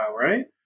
right